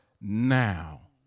now